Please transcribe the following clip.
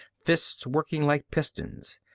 fists working like pistons.